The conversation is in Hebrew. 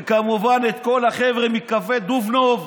וכמובן את כל החבר'ה מקפה דובנוב,